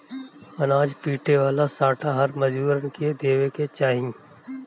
अनाज पीटे वाला सांटा हर मजूरन के देवे के चाही